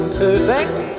perfect